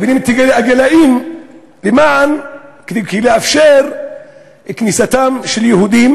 מתקינים את הגלאים כדי לאפשר כניסתם של יהודים,